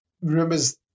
remembers